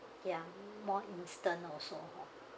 ya more instant also